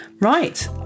right